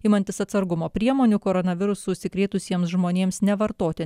imantis atsargumo priemonių koronavirusu užsikrėtusiems žmonėms nevartoti